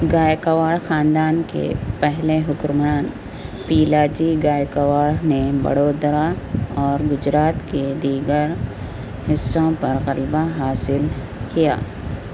گائیکواڑ خاندان کے پہلے حکمران پیلاجی گائیکواڑ نے بڑودرہ اور گجرات کے دیگر حصوں پر غلبہ حاصل کیا